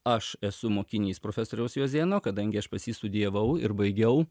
aš esu mokinys profesoriaus jozėno kadangi aš pas jį studijavau ir baigiau